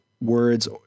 words